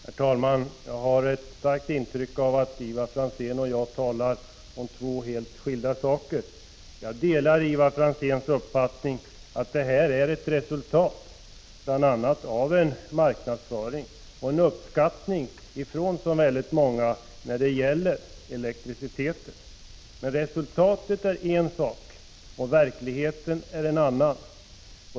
Herr talman! Jag har ett starkt intryck av att Ivar Franzén och jag talar om två helt skilda saker. Jag delar Ivar Franzéns uppfattning att situationen nu är ett resultat bl.a. av en marknadsföring och en uppskattning från väldigt många när det gäller elanvändning. Men resultatet är en sak och verkligheten är en annan.